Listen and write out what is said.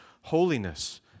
holiness